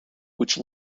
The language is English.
which